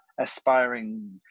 aspiring